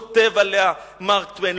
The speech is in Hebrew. כותב עליה מארק טוויין,